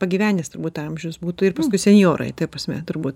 pagyvenęs turbūt amžius būtų ir paskui senjorai ta prasme turbūt